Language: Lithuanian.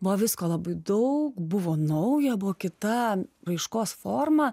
buvo visko labai daug buvo nauja buvo kita raiškos forma